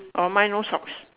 orh mine no socks